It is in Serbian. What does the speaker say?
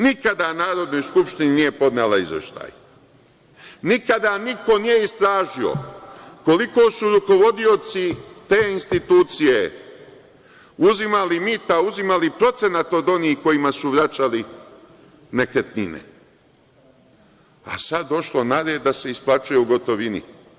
Nikada Narodnoj skupštini nije podnela izveštaj, nikada niko nije istražio koliko su rukvodioci te institucije uzimali mita, uzimali procenat od onih kojima su vraćali nekretnine, a sada došlo na red da se isplaćuje u gotovini.